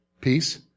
Peace